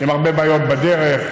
עם הרבה בעיות בדרך,